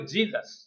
Jesus